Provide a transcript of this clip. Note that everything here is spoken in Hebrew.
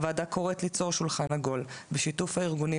הוועדה קוראת ליצור שולחן עגול בשיתוף הארגונים